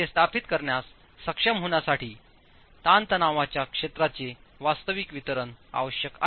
ते स्थापित करण्यास सक्षम होण्यासाठी ताणतणावांच्या क्षेत्राचे वास्तविक वितरण आवश्यक आहे